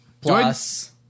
Plus